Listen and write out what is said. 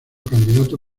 candidato